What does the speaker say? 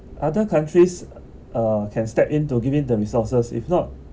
other countries uh can step in to giving the resources if not